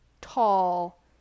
tall